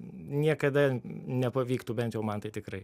niekada nepavyktų bent jau man tai tikrai